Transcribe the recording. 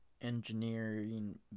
engineering